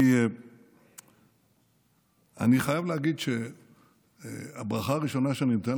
אני חייב להגיד שהברכה הראשונה שאני נותן